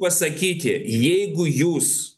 pasakyti jeigu jūs